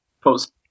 post